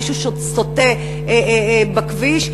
אם מישהו סוטה בכביש.